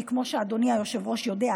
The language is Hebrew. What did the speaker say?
כי כמו שאדוני היושב-ראש יודע,